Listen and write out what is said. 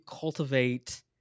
cultivate